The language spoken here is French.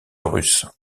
russe